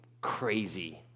crazy